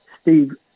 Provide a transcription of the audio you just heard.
Steve